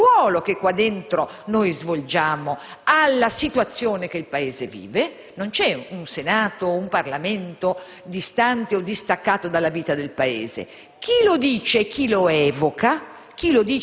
e il ruolo che qua dentro svolgiamo alla situazione che vive il Paese. Non c'è un Senato o un Parlamento distante o distaccato dalla vita del Paese: chi lo dice e chi lo evoca